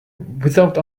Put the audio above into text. without